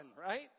right